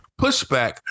pushback